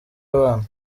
abana